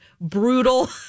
brutal